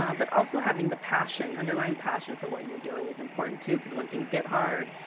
um but also having the passion underlying passion for what you're doing is important too because when things get hard,